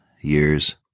years